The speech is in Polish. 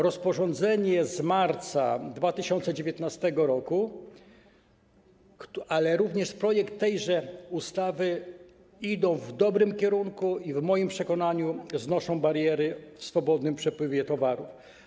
Rozporządzenie z marca 2019 r., ale również projekt tejże ustawy idą w dobrym kierunku i w moim przekonaniu znoszą bariery w swobodnym przepływie towarów.